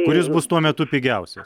kuris bus tuo metu pigiausias